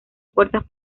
puertas